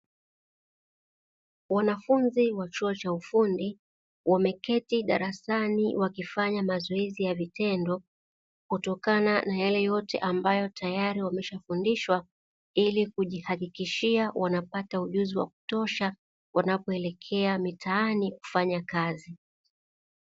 Wanafunzi wa chuo cha ufundi wameketi darasani wakifanya mazoezi ya vitendo, kutokana na yaleyote ambayo tayari wameshafundishwa ili kujihakikishia wanapata ujuzi wa kutosha wanapoelekea mitaani kufanya kazi.